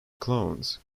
clones